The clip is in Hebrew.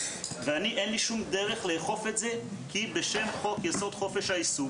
ולי אין שום דרך לאכוף את זה כי בשם חוק יסוד: חופש העיסוק